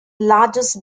largest